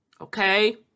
Okay